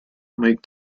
mike